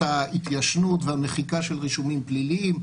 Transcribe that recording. ההתיישנות והמחיקה של רישומים פליליים,